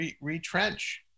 retrench